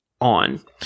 on